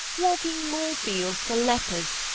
walking moorfields for lepers,